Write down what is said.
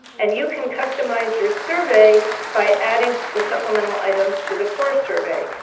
and you can customize your survey by adding the supplemental items to the core survey.